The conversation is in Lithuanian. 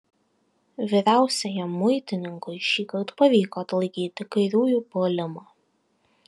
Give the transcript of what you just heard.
vyriausiajam muitininkui šįkart pavyko atlaikyti kairiųjų puolimą